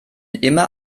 immer